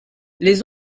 les